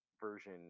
version